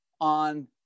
on